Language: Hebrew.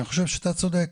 אני חושב שאתה צודק,